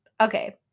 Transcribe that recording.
okay